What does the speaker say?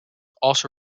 also